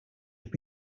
have